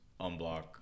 unblock